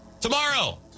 Tomorrow